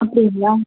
அப்படிங்களா